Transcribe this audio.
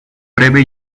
breve